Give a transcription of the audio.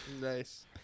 Nice